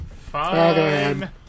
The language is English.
Fine